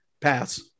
pass